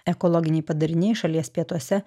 ekologiniai padariniai šalies pietuose